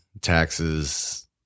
taxes